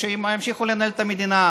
אז שימשיכו לנהל את המדינה.